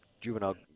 juvenile